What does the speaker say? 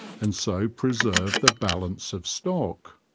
and so preserve the balance of stock.